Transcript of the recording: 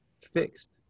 fixed